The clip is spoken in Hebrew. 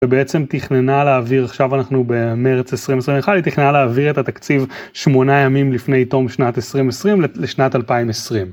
ובעצם תכננה להעביר, עכשיו אנחנו במרץ 2021, היא תכננה להעביר את התקציב 8 ימים לפני תום שנת 2020 לשנת 2020.